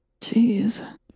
Jeez